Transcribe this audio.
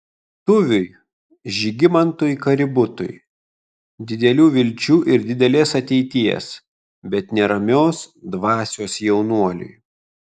tuviui žygimantui kaributui didelių vilčių ir didelės ateities bet neramios dvasios jaunuoliui